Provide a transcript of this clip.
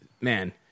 man –